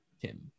Tim